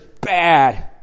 bad